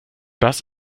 das